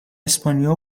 اسپانیا